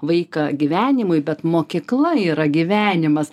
vaiką gyvenimui bet mokykla yra gyvenimas